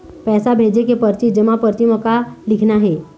पैसा भेजे के परची जमा परची म का लिखना हे?